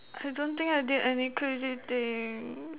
I don't think I did any crazy thing